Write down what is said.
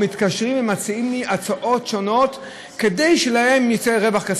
מתקשרים ומציעים לי הצעות שונות כדי שלהם יצא רווח כספי.